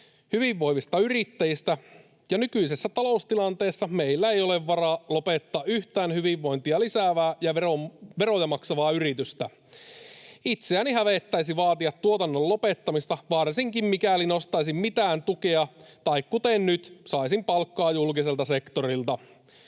hyvinvoivista yrittäjistä, ja nykyisessä taloustilanteessa meillä ei ole varaa lopettaa yhtään hyvinvointia lisäävää ja veroja maksavaa yritystä. Itseäni hävettäisi vaatia tuotannon lopettamista, varsinkin mikäli nostaisin mitään tukea tai, kuten nyt, saisin palkkaa julkiselta sektorilta.